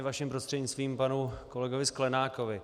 Vaším prostřednictvím panu kolegovi Sklenákovi.